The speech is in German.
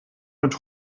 mit